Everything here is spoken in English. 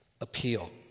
Appeal